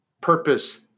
purpose